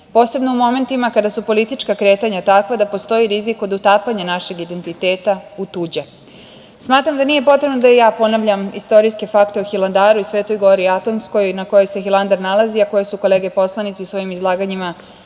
posebno u momentima kada su politička kretanja takva da postoji rizik kod utapanja našeg identiteta u tuđe. Smatram da nije potrebno da i ja ponavljam istorijski fakto o Hilandaru i Svetoj gori Atonskoj na kojoj se Hilandar nalazi, a koje su kolege poslanici u svojim izlaganjima